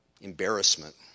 Embarrassment